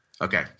Okay